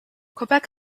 quebec